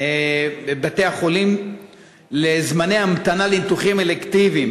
בבתי-החולים לזמני המתנה לניתוחים אלקטיביים.